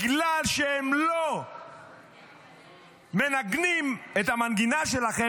בגלל שהם לא מנגנים את המנגינה שלכם,